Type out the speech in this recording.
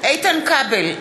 איתן כבל,